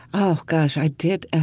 oh gosh, i did,